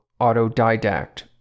autodidact